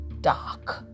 Dark